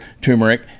turmeric